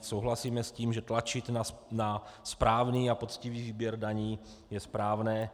Souhlasíme s tím, že tlačit na správný a poctivý výběr daní je správné.